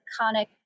iconic